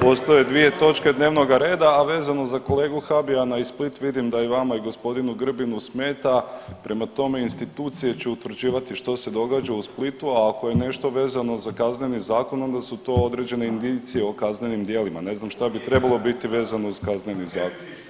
postoje dvije točke dnevnoga reda, a vezano za kolegu Habijana i Split vidim da i vama i g. Grbinu smeta, prema tome institucije će utvrđivati što se događa u Splitu, a ako je nešto vezano za Kazneni zakon onda su to određene indicije o kaznenim djelima, ne znam šta bi trebalo biti vezano uz Kazneni zakon.